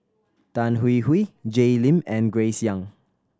Tan Hwee Hwee Jay Lim and Grace Young